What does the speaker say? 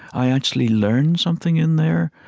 i actually learned something in there.